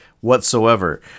whatsoever